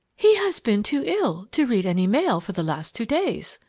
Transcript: he has been too ill to read any mail for the last two days,